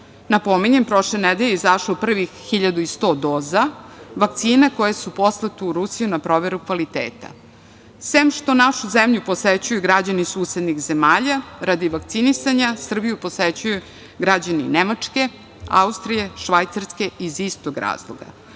Napominjem, prošle nedelje je izašlo prvih 1.100 doza vakcina koje su poslate u Rusiju na proveru kvaliteta. Sem što našu zemlju posećuju građani susednih zemalja radi vakcinisanja, Srbiju posećuju građani Nemačke, Austrije, Švajcarske iz istog razloga.